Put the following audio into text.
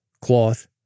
cloth